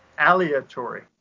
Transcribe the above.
Aleatory